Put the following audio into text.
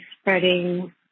spreading